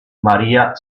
maría